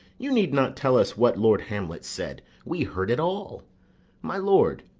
you need not tell us what lord hamlet said we heard it all my lord,